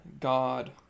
God